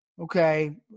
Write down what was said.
Okay